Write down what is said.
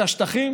את השטחים,